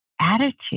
attitude